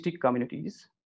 communities